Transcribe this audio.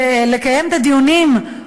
לקיים את הדיונים,